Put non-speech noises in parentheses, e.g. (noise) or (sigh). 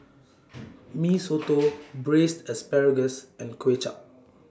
(noise) Mee Soto Braised Asparagus and Kway Chap